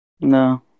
No